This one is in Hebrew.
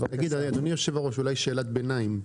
אדוני היו"ר אולי שאלת ביניים.